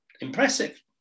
Impressive